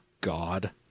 God